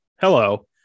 Hello